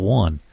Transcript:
one